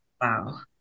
Wow